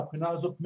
מהבחינה הזאת,